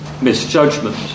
misjudgment